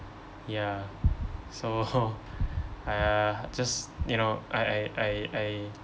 ya so uh just you know I I I I